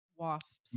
Wasps